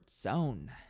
zone